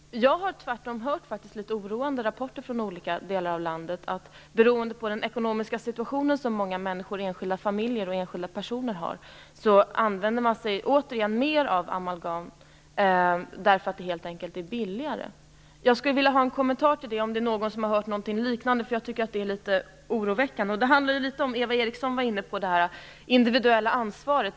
Jag har tvärtom hört oroande rapporter från olika delar av landet. Beroende på den ekonomiska situation som många enskilda familjer och enskilda personer har använder man mer amalgam därför att det helt enkelt är billigare. Jag skulle vilja ha en kommentar till detta, om det är någon som har hört någonting liknande därför att det är litet oroväckande. Eva Eriksson var inne på detta med det individuella ansvaret.